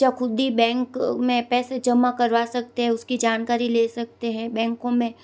जो खुद ही बैंक में पैसे जमा करवा सकते हैं उसकी जानकारी ले सकते हैं बैंकों में